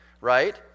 right